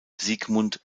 sigmund